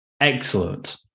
Excellent